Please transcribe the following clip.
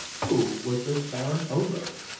who was this baron oberg?